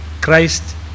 Christ